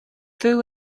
through